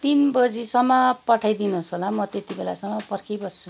तिन बजीसम्म पठाइदिनुहोस् होला म त्यति बेलासम्म पर्खिबस्छु